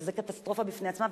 שזה קטסטרופה בפני עצמה,